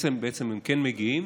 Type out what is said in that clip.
בעצם הם מגיעים